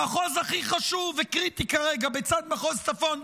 המחוז הכי חשוב וקריטי כרגע בצד מחוז צפון,